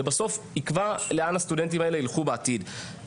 זה בסוף יקבע לאן הסטודנטים האלה ילכו בעתיד.